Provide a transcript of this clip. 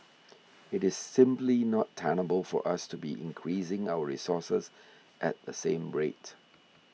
it is simply not tenable for us to be increasing our resources at the same rate